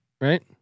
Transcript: right